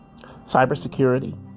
Cybersecurity